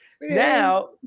now